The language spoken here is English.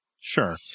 Sure